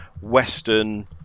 western